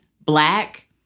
black